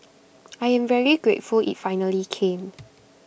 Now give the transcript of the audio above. I am very grateful IT finally came